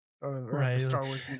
right